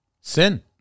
Sin